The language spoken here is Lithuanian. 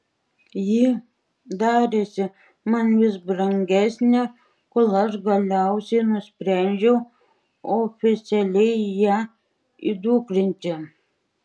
ji darėsi man vis brangesnė kol aš galiausiai nusprendžiau oficialiai ją įdukrinti